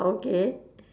okay